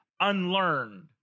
unlearned